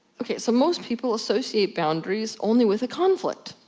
ok, so most people associate boundaries only with a conflict.